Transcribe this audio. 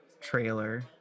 trailer